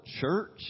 church